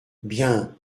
bien